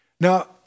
Now